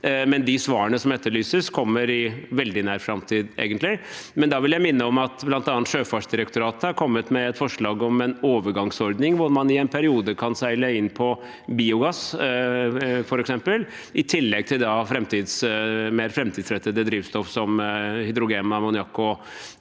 De svarene som etterlyses, kommer i veldig nær framtid. Jeg vil minne om at bl.a. Sjøfartsdirektoratet har kommet med et forslag om en overgangsordning, hvor man i en periode kan seile inn på biogass, f.eks., i tillegg til mer framtidsrettede drivstoff, som hydrogen, ammoniakk og